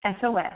SOS